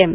M